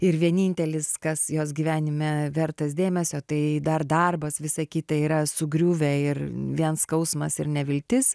ir vienintelis kas jos gyvenime vertas dėmesio tai dar darbas visa kita yra sugriuvę ir vien skausmas ir neviltis